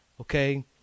Okay